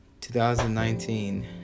2019